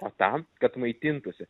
o tam kad maitintųsi